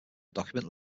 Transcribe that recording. document